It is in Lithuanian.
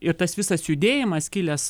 ir tas visas judėjimas kilęs